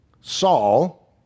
Saul